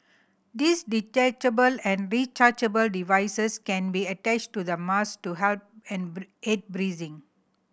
these detachable and rechargeable devices can be attached to the mask to help aid breathing